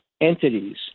entities